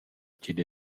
chi’d